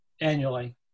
annually